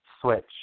switch